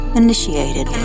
initiated